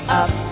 up